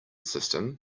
system